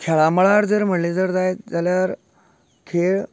खेळामळार जर म्हणले जर जायत जाल्यार खेळ